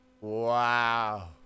Wow